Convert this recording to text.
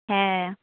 হ্যাঁ